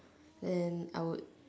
then I would